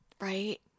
Right